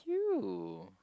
you